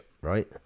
right